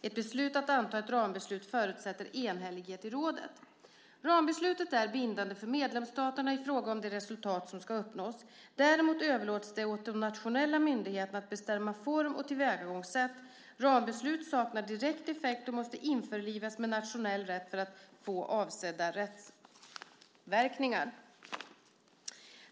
Ett beslut att anta ett rambeslut förutsätter enhällighet i rådet. Rambeslut är bindande för medlemsstaterna i fråga om det resultat som ska uppnås. Däremot överlåts det åt de nationella myndigheterna att bestämma form och tillvägagångssätt. Rambeslut saknar direkt effekt och måste införlivas med nationell rätt för att få avsedda rättsverkningar.